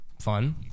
Fun